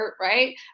right